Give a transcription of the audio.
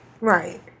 Right